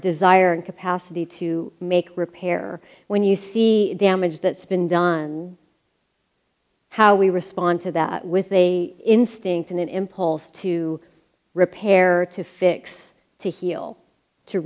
desire and capacity to make repair when you see damage that's been done and how we respond to that with a instinct and an impulse to repair to fix to heal to